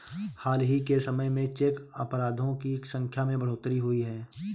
हाल ही के समय में चेक अपराधों की संख्या में बढ़ोतरी हुई है